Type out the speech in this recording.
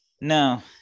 No